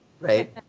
Right